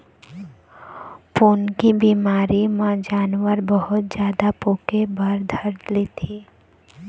पोकनी बिमारी म जानवर बहुत जादा पोके बर धर लेथे